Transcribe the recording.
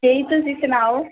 ਜੀ ਤੁਸੀਂ ਸੁਣਾਓ